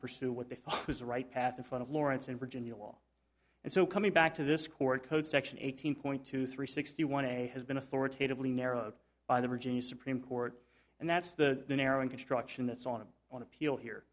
pursue what they thought was the right path in front of lawrence and virginia law and so coming back to this court code section eighteen point two three sixty one a has been authoritatively narrowed by the virginia supreme court and that's the narrowing construction that's on him on appeal here